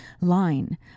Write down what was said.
line